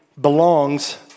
belongs